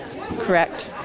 Correct